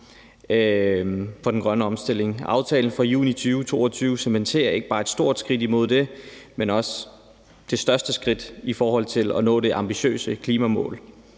for den grønne omstilling. Aftalen fra juni 2022 cementerer ikke bare et stort skridt imod det, men det største skridt i forhold til at nå det ambitiøse klimamål.